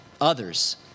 Others